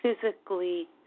physically